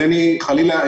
חלילה,